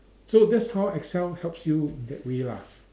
so that's how Excel helps you in that way lah